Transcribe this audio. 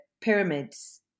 pyramids